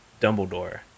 Dumbledore